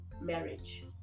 marriage